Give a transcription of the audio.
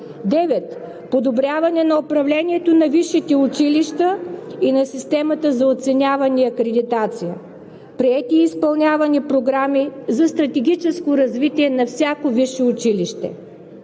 9. Подобряване на управлението на висшите училища и на системата за оценяване и акредитация. Приети и изпълнявани програми за стратегическо развитие на всяко висше училище.